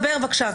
דבר, בבקשה.